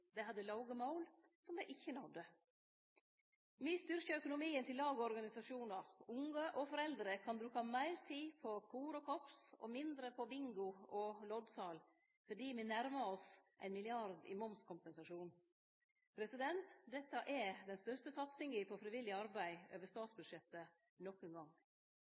Dei hadde låge mål, som dei ikkje nådde. Me styrkjer økonomien til lag og organisasjonar. Unge og foreldre kan bruke meir tid på kor og korps og mindre tid på bingo og loddsal fordi me nærmar oss ein milliard i momskompensasjon. Dette er den største satsinga på frivillig arbeid over statsbudsjettet nokon gong.